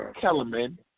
Kellerman